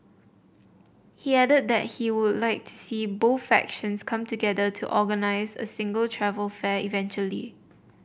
he added that he would like to see both factions come together to organise a single travel fair eventually